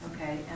okay